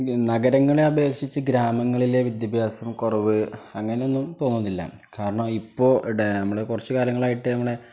നഗരങ്ങളെ അപേക്ഷിച്ച് ഗ്രാമങ്ങളിലെ വിദ്യാഭ്യാസം കുറവ് അങ്ങനൊന്നും തോന്നുന്നില്ല കാരണം ഇപ്പോൾ നമ്മൾ കുറച്ച് കാലങ്ങളായിട്ട് നമ്മളെ